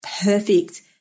perfect